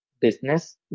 business